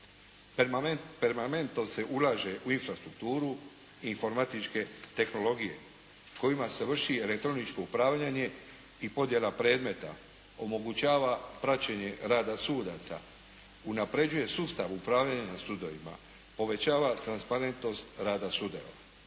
Permanentno se ulaže u infrastrukturu informatičke tehnologije kojima se vrši elektroničko upravljanje i podjela predmeta, omogućava praćenje rada sudaca, unapređuje sustav upravljanja sudovima, povećava transparentnost rada sudova.